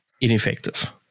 ineffective